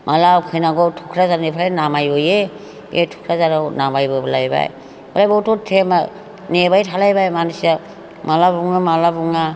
माला फैनांगौ थुक्राझारनिफ्राय नामाबोयो बे थुक्राझाराव नामाबोबायब्ला फ्राय बेयावथ' टेमा नेबाय थालायबाय मानसिया माला बुंनो माला बुङा